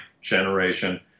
generation